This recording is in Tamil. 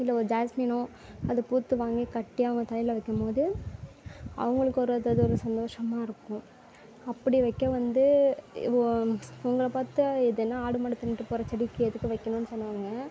இல்லை ஒரு ஜாஸ்மினோ அது பூத்து வாங்கி கட்டி அவங்க தலையில் வைக்கும் போது அவங்களுக்கு ஒரு இது ஒரு சந்தோஷமா இருக்கும் அப்படி வைக்க வந்து இவங்களை பார்த்து இது என்ன ஆடு மாடு தின்னுட்டு போகிறச் செடிக்கு எதுக்கு வைக்கணும்னு சொன்னாங்க